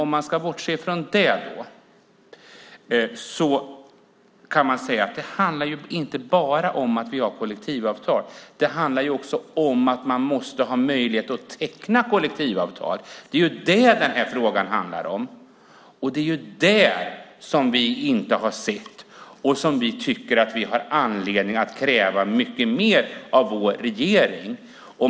Men bortsett från det kan man säga att det inte bara handlar om kollektivavtalen. Det handlar också om att man måste ha möjlighet att teckna kollektivavtal. Det är vad det här handlar om. Det är det som vi inte har sett, och det är där som vi tycker att vi har anledning att kräva mycket mer av vår regering.